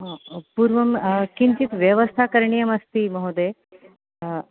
पुर्वं किञ्चित् व्यवस्था करणीयमस्ति महोदय